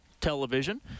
television